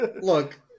look